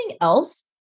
else